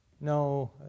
No